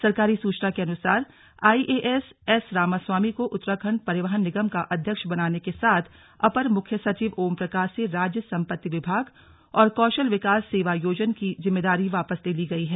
सरकारी सूचना के अनुसार I A S S Ramaswami को उत्तराखंड परिवहन निगम का अध्यक्ष बनाने के साथ अपर मुख्य सचिव ओमप्रकाश से राज्य संपत्ति विभाग और कौशल विकास सेवायोजन की जिम्मेदारी वापस ले ली गई है